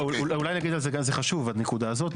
זה חשוב הנקודה הזאת.